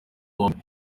bombi